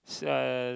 uh